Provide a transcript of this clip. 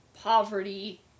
poverty